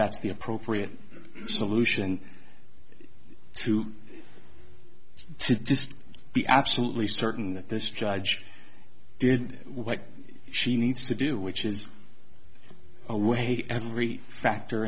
that's the appropriate solution to to just be absolutely certain that this judge did what she needs to do which is a way every factor